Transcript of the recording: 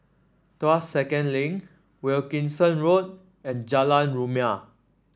Tuas Second Link Wilkinson Road and Jalan Rumia